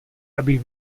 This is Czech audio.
abych